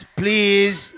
please